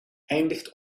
eindigt